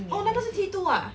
oh 那个是 T two ah